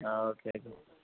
ആ ഓക്കെ ആയിക്കോട്ടെ